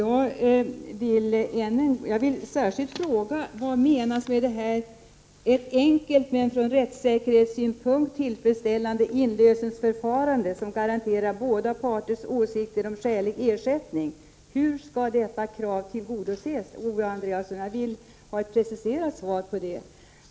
Jag vill särskilt fråga vad som menas med ”ett enkelt men från rättssäkerhetssynpunkt tillfredsställande inlösensförfarande samt bestämmelser som garanterar en ur bägge parters synpunkt skälig ersättning”. Hur skall detta krav tillgodoses, Owe Andréasson? Jag vill ha ett preciserat svar på det.